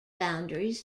boundaries